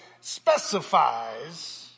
specifies